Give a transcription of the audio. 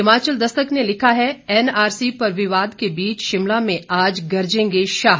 हिमाचल दस्तक ने लिखा है एनआरसी पर विवाद के बीच शिमला में आज गरजेंगे शाह